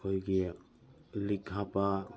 ꯑꯩꯈꯣꯏꯒꯤ ꯂꯤꯛ ꯍꯥꯞꯄ